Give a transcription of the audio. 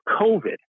COVID